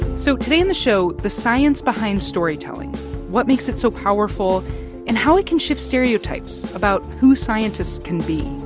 so today on the show, the science behind storytelling what makes it so powerful and how it can shift stereotypes about who scientists can be